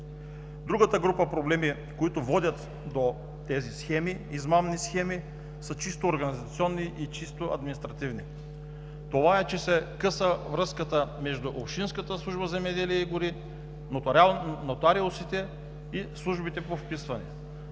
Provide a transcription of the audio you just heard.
Другата група проблеми, които водят до тези измамни схеми, са чисто организационни и чисто административни. Това е, че се къса връзката между общинската служба „Земеделие и гори“, нотариусите и службите по вписване.